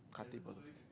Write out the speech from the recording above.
Khatib ah